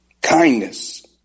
Kindness